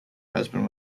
husband